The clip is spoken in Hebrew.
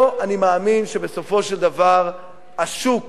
פה אני מאמין שבסופו של דבר השוק